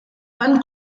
van